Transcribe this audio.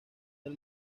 del